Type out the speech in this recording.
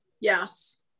yes